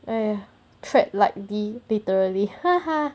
!aiya! trap like this literally 哈哈